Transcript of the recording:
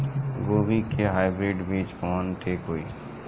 गोभी के हाईब्रिड बीज कवन ठीक होई?